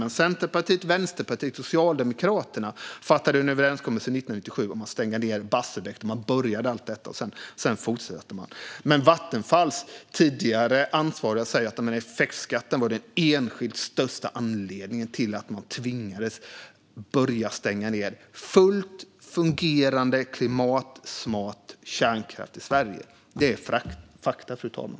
Men Centerpartiet, Vänsterpartiet och Socialdemokraterna gjorde en överenskommelse 1997 om att stänga ned Barsebäck. Då började man med allt detta, och sedan fortsatte man. Vattenfalls tidigare ansvariga säger att effektskatten var den enskilt största anledningen till att man tvingades börja stänga ned fullt fungerande klimatsmart kärnkraft i Sverige. Det är fakta, fru talman.